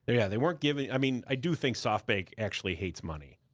yeah, they weren't giving, i mean, i do think softbank actually hates money.